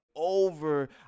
over